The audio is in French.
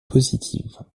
positive